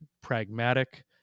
pragmatic